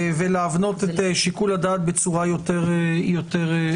ולהבנות את שיקול הדעת בצורה יותר ברורה.